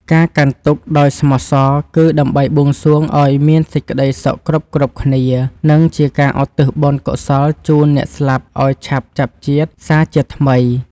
ការកាន់ទុក្ខដោយស្មោះសរគឺដើម្បីបួងសួងឱ្យមានសេចក្តីសុខគ្រប់ៗគ្នា និង ជាការឧទ្ទិសបុណ្យកុសលជូនអ្នកស្លាប់អោយឆាប់ចាប់ជាតិសារជាថ្មី។